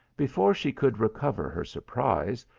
before she could recover her surprise,